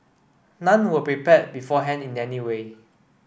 none were prepared beforehand in any way